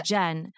Jen